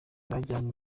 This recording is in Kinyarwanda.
bajyanywe